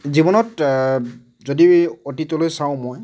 জীৱনত যদি অতীতলৈ চাওঁ মই